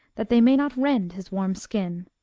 that they may not rend his warm skin!